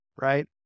right